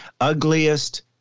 ugliest